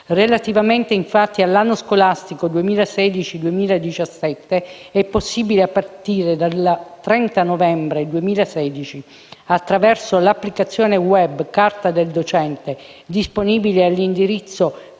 Relativamente, infatti, all'anno scolastico 2016-2017, è possibile, a partire dal 30 novembre 2016, attraverso l'applicazione *web* Carta del docente, disponibile all'indirizzo